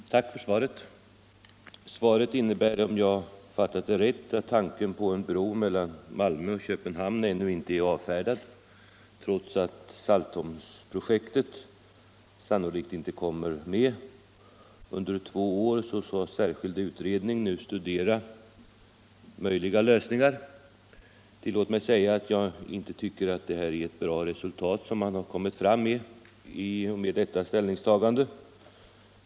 Herr talman! Tack för svaret. Svaret innebär, om jag fattat det rätt, att tanken på en bro mellan Malmö och Köpenhamn ännu inte är avfärdad — trots att Saltholmsprojektet sannolikt inte blir av. Under två år skall en särskild utredning nu studera möjliga lösningar. Tillåt mig säga att jag inte tycker att det är ett bra resultat som man kommit fram till i och med detta ställningstagande.